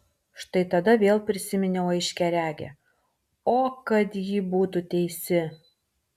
štai tada vėl prisiminiau aiškiaregę o kad ji būtų teisi